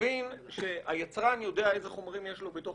מבין שהיצרן יודע איזה חומרים יש לו בתוך